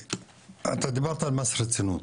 אתה דיברת על מס רצינות,